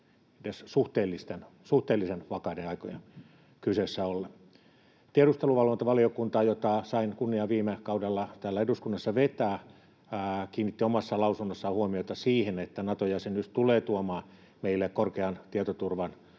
edes suhteellisen vakaiden aikoja kyseessä ollen. Tiedusteluvalvontavaliokunta, jota sain kunnian viime kaudella täällä eduskunnassa vetää, kiinnitti omassa lausunnossaan huomiota siihen, että Nato-jäsenyys tulee tuomaan meille korkean tietoturvan